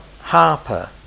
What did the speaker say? Harper